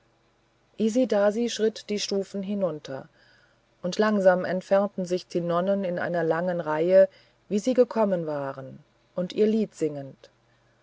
isidasi schritt die stufen hinunter und langsam entfernten sich die nonnen in einer langen reihe wie sie gekommen waren und ihr lied singend